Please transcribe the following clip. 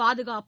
பாதுகாப்பு